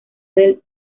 del